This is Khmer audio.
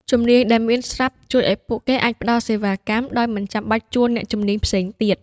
ជំនាញដែលមានស្រាប់ជួយឱ្យពួកគេអាចផ្តល់សេវាកម្មដោយមិនចាំបាច់ជួលអ្នកជំនាញផ្សេងទៀត។